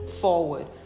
forward